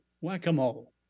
whack-a-mole